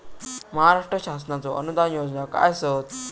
महाराष्ट्र शासनाचो अनुदान योजना काय आसत?